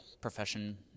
profession